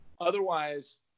otherwise